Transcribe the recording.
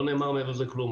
לא נאמר מעבר לזה כלום.